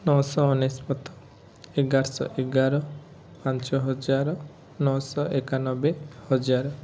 ନଅଶହ ଅନେଶ୍ୱତ ଏଗାରଶହ ଏଗାର ପାଞ୍ଚ ହଜାର ନଅଶହ ଏକାନବେ ହଜାର